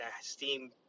steam